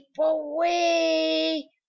away